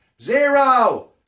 Zero